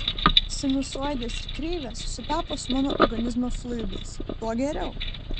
sinusoidės ir kreivės sutapo su mano organizmo fluidais tuo geriau